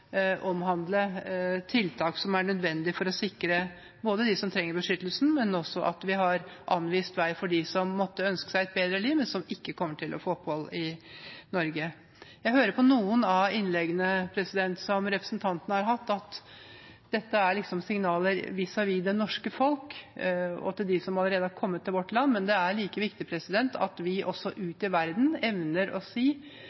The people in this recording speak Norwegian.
omhandle tiltak som er nødvendige for både å sikre dem som trenger beskyttelse, og å anvise vei for dem som måtte ønske seg et bedre liv, men som ikke kommer til å få opphold i Norge. Jeg hører av noen av innleggene som representantene har hatt, at dette liksom er signaler vis-á-vis det norske folk og til dem som allerede har kommet til vårt land. Men det er like viktig at vi også ut til verden evner å si